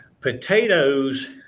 Potatoes